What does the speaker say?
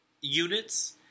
units